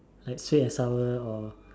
like sweet and sour or